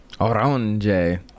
Orange